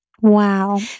Wow